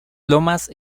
lomas